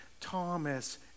Thomas